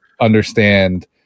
understand